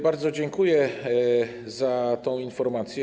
Bardzo dziękuję za tę informację.